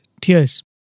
tears